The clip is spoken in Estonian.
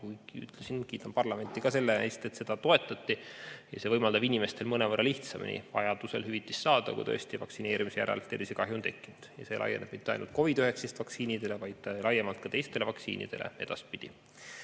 on hea. Kiidan parlamenti ka selle eest, et seda toetati. See võimaldab inimestel mõnevõrra lihtsamini vajaduse korral hüvitist saada, kui tõesti vaktsineerimise järel tervisekahju on tekkinud. See ei laiene mitte ainult COVID-19 vaktsiinidele, vaid on laiemalt ka teistele vaktsiinidele, edaspidi.